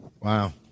Wow